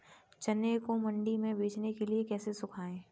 चने को मंडी में बेचने के लिए कैसे सुखाएँ?